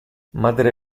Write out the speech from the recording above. madre